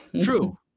True